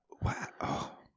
Wow